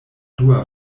dua